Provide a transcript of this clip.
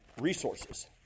resources